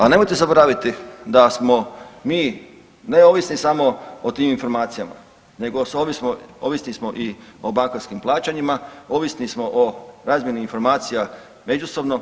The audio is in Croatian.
Ali nemojte zaboraviti da smo mi ne ovisni samo o tim informacijama, nego ovisni smo i o bankarskim plaćanjima, ovisni smo o razmjeni informacija međusobno.